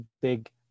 big